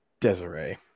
Desiree